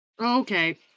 Okay